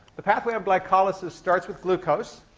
the pathway of glycolysis starts with glucose.